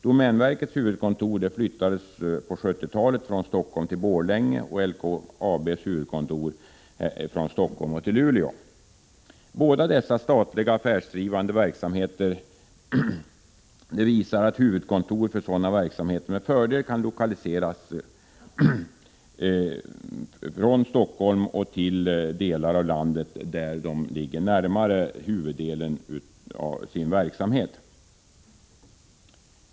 Domänverkets huvudkontor flyttades på 1970-talet från Stockholm till Borlänge, och LKAB:s huvudkontor har flyttats från Stockholm till Luleå. Båda dessa exempel visar att huvudkontor för statliga affärsdrivande verksamheter med fördel kan utlokaliseras från Stockholm till delar av landet som ligger närmare huvuddelen av deras verksamhet.